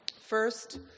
First